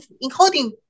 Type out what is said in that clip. including